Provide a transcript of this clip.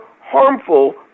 harmful